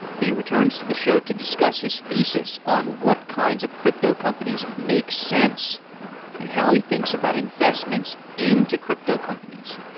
he returns to the show to discuss his thesis on what kinds of crypto companies makes sense and how he thinks about investments into crypto companies.